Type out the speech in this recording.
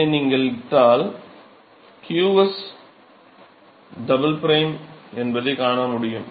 இதை நீங்கள் இட்டால் qs" என்பதைக் காண்போம்